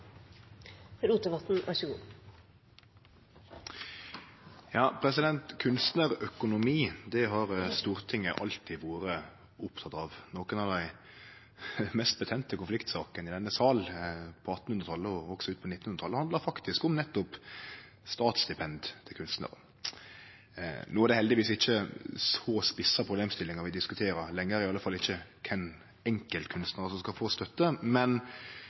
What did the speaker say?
har Stortinget alltid vore oppteke av. Nokon av dei mest betente konfliktsakene i denne salen på 1800-talet og også ut på 1900-talet handla faktisk om nettopp statsstipend til kunstnarar. No er det heldigvis ikkje så spissa problemstillingar vi diskuterer lenger, i alle fall ikkje kva for enkeltkunstnarar som skal få støtte, men